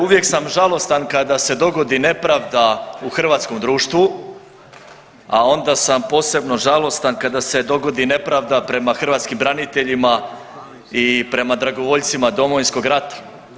Uvijek sam žalostan kada se dogodi nepravda u hrvatskom društvu, a onda sam posebno žalostan kada se dogodi nepravda prema hrvatskim braniteljima i prema dragovoljcima Domovinskog rata.